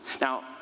Now